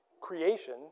creation